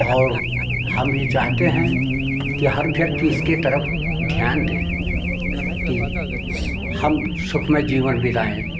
और हम भी चाहते हैं कि हर व्यक्ति इसके तरफ ध्यान दें कि हम सुखमय जीवन बिताएँ